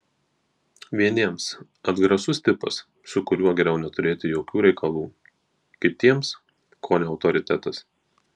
vieniems atgrasus tipas su kuriuo geriau neturėti jokių reikalų kitiems kone autoritetas